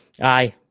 aye